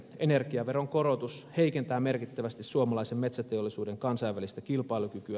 energiaveron korotus heikentää merkittävästi suomalaisen metsäteollisuuden kansainvälistä kilpailukykyä